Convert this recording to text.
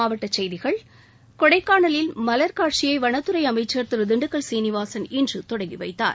மாவட்ட செய்திகள் கொடைக்கானலில் மலர் காட்சியை வனத்துறை அமைச்சர் திரு திண்டுக்கல் சீனிவாசன் இன்று தொடங்கி வைத்தார்